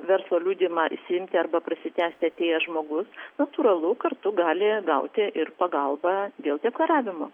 verslo liudijimą išsiimti arba prasitęsti atėjęs žmogus natūralu kartu gali gauti ir pagalbą dėl deklaravimo